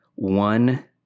One